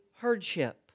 hardship